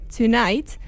tonight